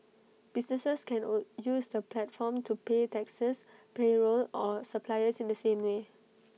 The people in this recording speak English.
businesses can all use the platform to pay taxes payroll or suppliers in the same way